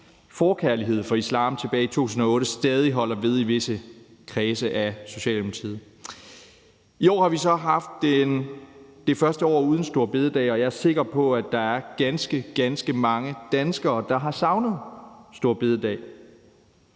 forkærlighed for islam tilbage i 2008 stadig holder ved i visse kredse af Socialdemokratiet. I år har så haft det første år uden store bededag, og jeg er sikker på, at der er ganske, ganske mange danskere, der har savnet store bededag.